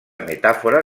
metàfora